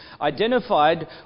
identified